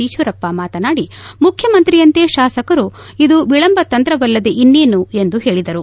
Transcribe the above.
ಈಶ್ವರಪ್ಪ ಮಾತನಾಡಿ ಮುಖ್ಯಮಂತ್ರಿಯಂತೆ ಶಾಸಕರು ಇದು ವಿಳಂಬ ತಂತ್ರವಲ್ಲದೆ ಇನ್ನೇನು ಎಂದು ಹೇಳಿದರು